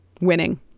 winning